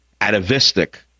atavistic